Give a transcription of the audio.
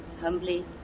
humbly